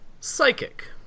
Psychic